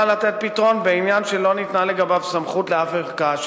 לתת פתרון בעניין שלא ניתנה לגביו סמכות לשום ערכאה שיפוטית.